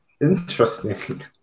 Interesting